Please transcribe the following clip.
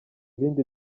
bindi